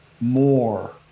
more